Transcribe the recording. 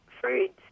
fruits